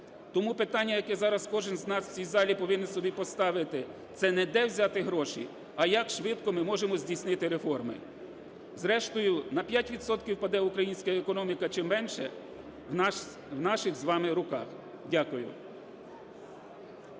Тому питання, яке зараз кожен з нас в цій залі повинен собі поставити, – це не де взяти гроші, а як швидко ми зможемо здійснити реформи. Зрештою, на 5 відсотків впаде українська економіка чи менше в наших з вами руках. Дякую.